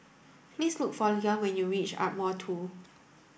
please look for Leon when you reach Ardmore two